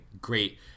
great